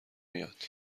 میاد